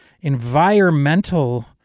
environmental